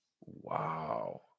wow